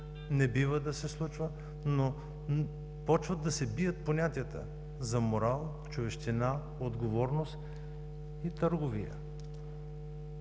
не бива да се случва, но започват да се бият понятията за морал, човещина, отговорност и търговия.